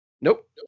Nope